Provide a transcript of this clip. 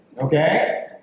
Okay